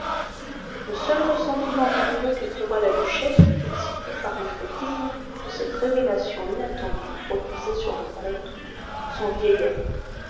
le seul ressentiment douloureux qu'éprouva la duchesse fut excité par l'effet terrible que cette révélation inattendue produisait sur le comte son vieil ami